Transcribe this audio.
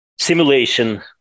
simulation